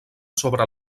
sobre